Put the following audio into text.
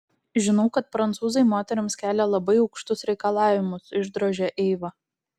žinau kad prancūzai moterims kelia labai aukštus reikalavimus išdrožė eiva